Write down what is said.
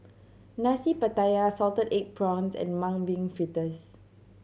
Nasi Pattaya salted egg prawns and Mung Bean Fritters